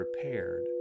prepared